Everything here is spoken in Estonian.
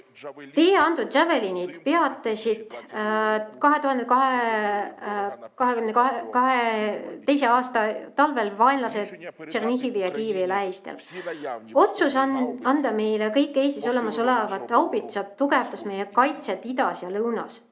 Teie antud Javelinid peatasid 2022. aasta talvel vaenlase Tšernihivi ja Kiievi lähistel. Otsus anda meile kõik Eestis olemas olevad haubitsad tugevdas meie kaitset idas ja lõunas.